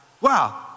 wow